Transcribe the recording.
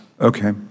Okay